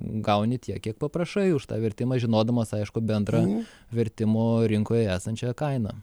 gauni tiek kiek paprašai už tą vertimą žinodamas aišku bendrą vertimo rinkoje esančią kainą